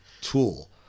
tool